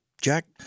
Jack